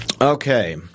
Okay